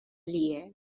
aliè